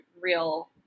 real